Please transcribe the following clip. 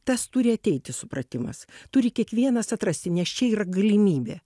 tas turi ateiti supratimas turi kiekvienas atrasti nes čia yra galimybė